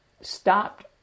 stopped